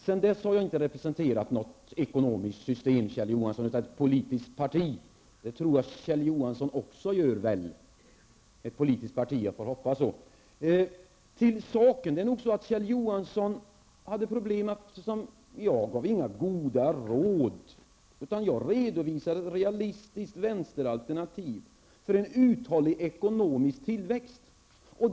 Sedan dess har jag inte representerat något ekonomiskt system, Kjell Johansson, utan ett politiskt parti. Det tror jag Kjell Johansson också gör. Till saken: Jag gav inga goda råd, utan jag redovisade ett realistiskt vänsteralternativ för en uthållig ekonomisk tillväxt.